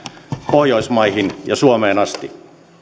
pohjoismaihin ja suomeen asti